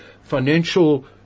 financial